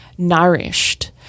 Nourished